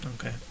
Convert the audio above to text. Okay